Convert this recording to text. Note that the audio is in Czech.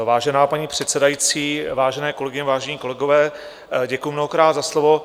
Vážená paní předsedající, vážené kolegyně, vážení kolegové, děkuji mnohokrát za slovo.